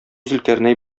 зөлкарнәй